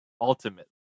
ultimately